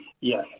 Yes